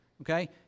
Okay